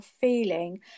feeling